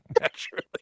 naturally